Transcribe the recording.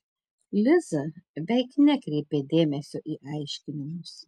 liza veik nekreipė dėmesio į aiškinimus